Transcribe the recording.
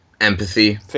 empathy